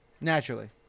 Naturally